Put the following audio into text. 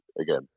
again